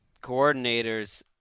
coordinators